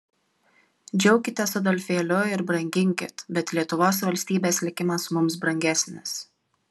džiaukitės adolfėliu ir branginkit bet lietuvos valstybės likimas mums brangesnis